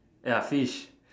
ya fish